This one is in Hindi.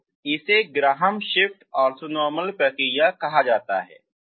इसलिए इसे ग्राहम श्मिट ऑर्थोनॉर्मल प्रक्रिया कहा जाता है